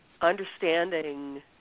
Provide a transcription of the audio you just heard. understanding